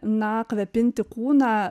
na kvepinti kūną